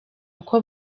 uko